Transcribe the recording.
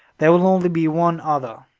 there will only be one other,